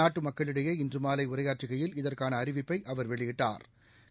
நாட்டு மக்களிடையே இன்று மாலை உரையாற்றுகையில் இதற்கான அறிவிப்பை அவர் வெளியிட்டா்